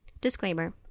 Disclaimer